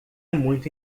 muito